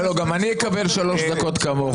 גם אני אקבל שלוש דקות כמוך.